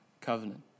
covenant